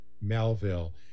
Melville